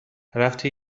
رفتی